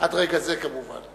עד רגע זה כמובן.